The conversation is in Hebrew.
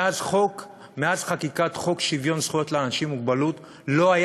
מאז חקיקת חוק שוויון זכויות לאנשים עם מוגבלות לא היה